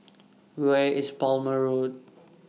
Where IS Plumer Road